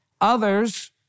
Others